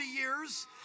years